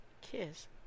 kiss